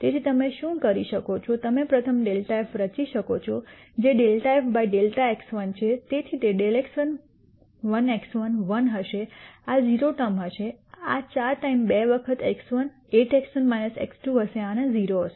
તેથી તમે શું કરી શકો છો તમે પ્રથમ ∇ f રચી શકો છો જે ∂f ∂x1 છે તેથી તે ∂x1 1x1 1 હશે આ 0 ટર્મ હશે આ 4 ટાઇમ 2 વખત x1 8 x1 x2 હશે અને આ 0 હશે